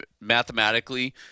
Mathematically